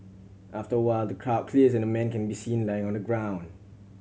after a while the crowd clears and a man can be seen lying on the ground